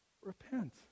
Repent